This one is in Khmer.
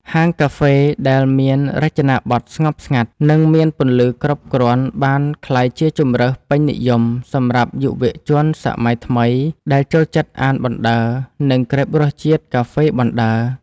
ហាងកាហ្វេដែលមានរចនាបថស្ងប់ស្ងាត់ និងមានពន្លឺគ្រប់គ្រាន់បានក្លាយជាជម្រើសពេញនិយមសម្រាប់យុវជនសម័យថ្មីដែលចូលចិត្តអានបណ្ដើរ និងក្រេបរសជាតិកាហ្វេបណ្ដើរ។